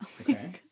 Okay